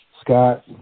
Scott